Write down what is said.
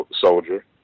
soldier